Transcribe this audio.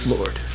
Lord